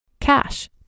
Cash